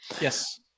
Yes